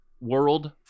world